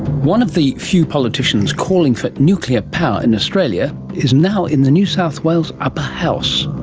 one of the few politicians calling for nuclear power in australia is now in the new south wales upper house.